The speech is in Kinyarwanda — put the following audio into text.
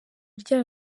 rya